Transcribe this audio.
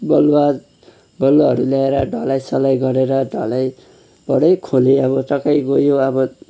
बालुवाहरू ल्याएर ढलाईसलाई गरेर ढलाईबाटै खोले अब टक्कै गयो अब